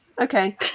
okay